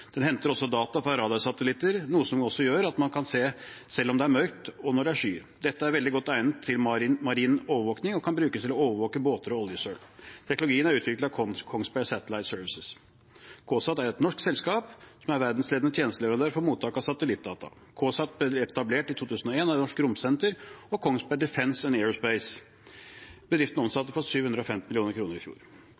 Den henter også data fra radarsatellitter, noe som også gjør at man kan se selv om det er mørkt, og når det er skyer. Dette er veldig godt egnet til marin overvåking og kan brukes til å overvåke båter og oljesøl. Teknologien er utviklet av Kongsberg Satellite Services, KSAT. KSAT er et norsk selskap som er en verdensledende tjenesteleverandør for mottak av satellittdata. KSAT ble etablert i 2001 av Norsk Romsenter og Kongsberg Defence